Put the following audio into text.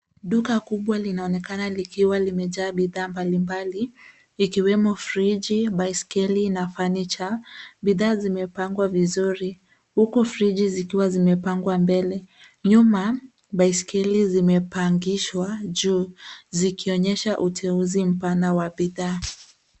Duka kubwa linaonekana likiwa limejaa bidhaa mbalimbali ikiwemo friji, baiskeli na fanicha. Bidhaa zimepangwa vizuri huku friji zikiwa zimepangwa mbele. Nyuma, baiskeli zimepangishwa juu zikionyesha uteuzi mpana wa bidhaa.